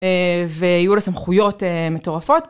והיו לה סמכויות מטורפות.